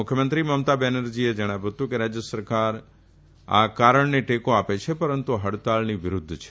મુખ્યમંત્રી મમતા બેનરજીએ જણાવ્યું હતું કે રાજ્ય સરકાર કારણને ટેકો આપે છે પરંતુ હડતાળની વિરુદ્ધ છે